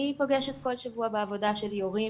אני פוגשת כל שבוע בעבודה שלי הורים